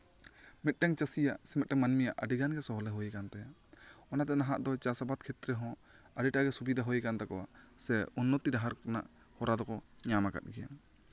ᱢᱮᱫᱴᱮᱝ ᱪᱟᱥᱤᱭᱟᱜ ᱥᱮ ᱢᱟᱱᱢᱤᱭᱟᱜ ᱟᱹᱰᱤ ᱜᱟᱱᱜᱮ ᱥᱚᱦᱞᱮ ᱦᱩᱭ ᱠᱟᱱ ᱛᱟᱭᱟ ᱚᱱᱟᱛᱮ ᱱᱟᱦᱟᱜ ᱫᱚ ᱪᱟᱥ ᱟᱵᱟᱫ ᱠᱷᱮᱛᱨᱮ ᱦᱚᱸ ᱟᱹᱰᱤ ᱴᱟᱜᱮ ᱥᱩᱵᱤᱫᱷᱟ ᱦᱩᱭ ᱠᱟᱱ ᱛᱟᱠᱚᱣᱟ ᱥᱮ ᱩᱱᱱᱚᱛᱤ ᱰᱟᱦᱟᱨ ᱨᱮᱱᱟᱜ ᱦᱚᱨᱟ ᱫᱚᱠᱚ ᱧᱟᱢ ᱟᱠᱟᱫ ᱜᱮᱭᱟ